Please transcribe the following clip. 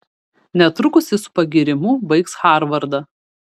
netrukus jis su pagyrimu baigs harvardą